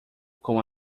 com